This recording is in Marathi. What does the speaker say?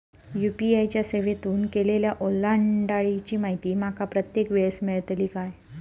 यू.पी.आय च्या सेवेतून केलेल्या ओलांडाळीची माहिती माका प्रत्येक वेळेस मेलतळी काय?